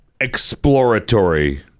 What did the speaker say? exploratory